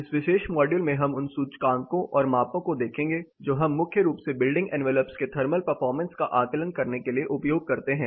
इस विशेष मॉड्यूल में हम उन सूचकांकों और मापों को देखेंगे जो हम मुख्य रूप से बिल्डिंग एनवेलप्स के थर्मल परफॉर्मेंस का आकलन करने के लिए उपयोग करते हैं